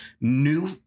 new